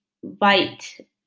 white